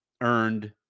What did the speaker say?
earned